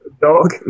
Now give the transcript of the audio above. Dog